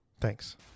Thanks